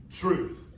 truth